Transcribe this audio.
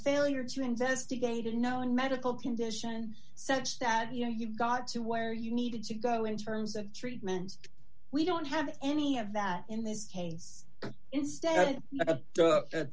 failure to investigate a known medical condition such that you know you've got to where you need to go in terms of treatment we don't have any of that in this case instead